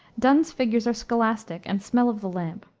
donne's figures are scholastic and smell of the lamp.